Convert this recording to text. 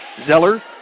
Zeller